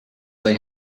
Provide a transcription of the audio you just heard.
they